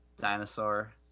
dinosaur